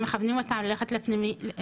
שמכוונים אותם ללכת לפנימייה,